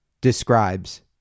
describes